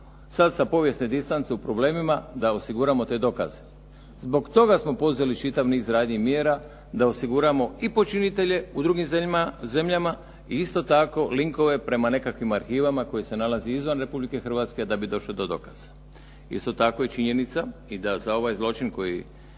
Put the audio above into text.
sad sa povijesne distance u problemima da osiguramo te dokaze. Zbog toga smo poduzeli čitav niz radnji i mjera da osiguramo i počinitelje u drugim zemljama i isto tako linkove prema nekakvim arhivama koje se nalazi izvan Republike Hrvatske da bi došli do dokaza. Isto tako je činjenica i da za ovaj zločin koji